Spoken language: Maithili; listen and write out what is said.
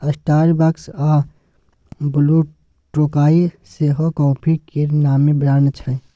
स्टारबक्स आ ब्लुटोकाइ सेहो काँफी केर नामी ब्रांड छै